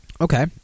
Okay